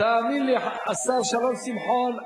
תאמין לי, השר שלום שמחון,